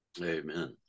amen